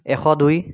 এশ দুই